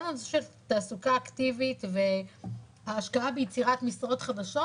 כל הנושא של תעסוקה אקטיבית והשקעה ביצירת משרות חדשות,